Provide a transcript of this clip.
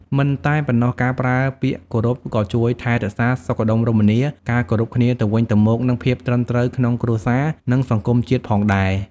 មិនតែប៉ុណ្ណោះ ការប្រើពាក្យគោរពក៏ជួយថែរក្សាសុខដុមរមនា ការគោរពគ្នាទៅវិញទៅមក និងភាពត្រឹមត្រូវក្នុងគ្រួសារនិងសង្គមជាតិផងដែរ។